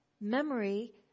Memory